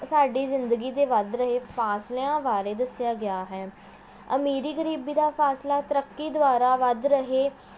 ਸਾਡੀ ਜ਼ਿੰਦਗੀ ਦੇ ਵੱਧ ਰਹੇ ਫਾਸਲਿਆਂ ਬਾਰੇ ਦੱਸਿਆਂ ਗਿਆ ਹੈ ਅਮੀਰੀ ਗਰੀਬੀ ਦਾ ਫਾਸਲਾ ਤਰੱਕੀ ਦੁਆਰਾ ਵੱਧ ਰਹੇ